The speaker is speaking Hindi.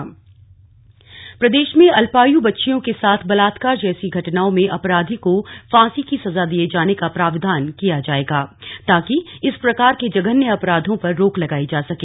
प्रावधान प्रदेश में अल्पायू बच्चियों के साथ बलात्कार जैसी घटनाओं में अपराधी को फांसी की सजा दिये जाने का प्राविधान किया जायेगा ताकि इस प्रकार के जघन्य अपराधों पर रोक लगाई जा सके